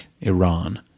Iran